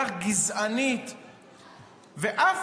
אולי.